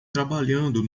trabalhando